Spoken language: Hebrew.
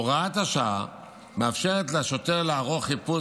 הוראת השעה מאפשרת לשוטר לערוך חיפוש